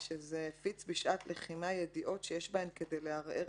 "הפיץ בשעת לחימה ידיעות שיש בהן כדי לערער